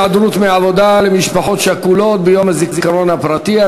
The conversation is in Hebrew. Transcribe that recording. היעדרות מעבודה למשפחות שכולות ביום הזיכרון הפרטי),